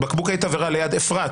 בקבוקי תבערה ליד אפרת,